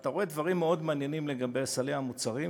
ואתה רואה דברים מאוד מעניינים לגבי סלי המוצרים.